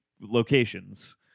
locations